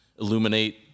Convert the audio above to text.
illuminate